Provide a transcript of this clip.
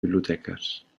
biblioteques